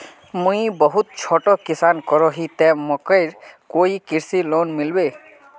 मुई बहुत छोटो किसान करोही ते मकईर कोई कृषि लोन मिलबे?